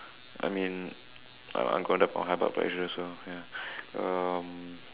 I mean I I'm gonna get high blood pressure so ya um